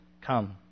Come